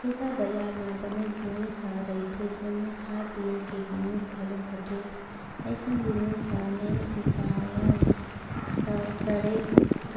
super बजार म बनेच जिनिस ह रहिथे जेमा खाए पिए के जिनिस घलोक होथे, अइसन जिनिस ह नइ बेचावय त सड़े